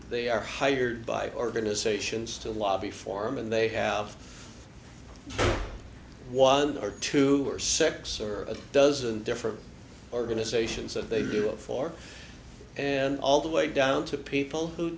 they are hired by organizations to lobby form and they have one or two or six or a dozen different organizations that they do a for and all the way down to people who